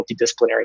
multidisciplinary